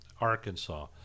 Arkansas